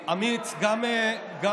אדם אמיץ, גם